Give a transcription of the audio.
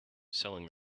selling